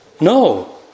No